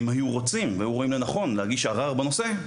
אם היו רוצים ואם היו רואים לנכון להגיש ערר בנושא,